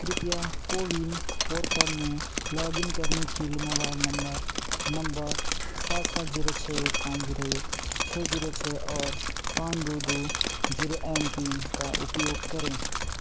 कृपया कोविन पोर्टल में log in करने के लिए मोबाइल नम्बर नम्बर सात सात जीरो छः एक पाँच जीरो एक छः जीरो छः और पाँच दो दो जीरो एमपिन का उपयोग करें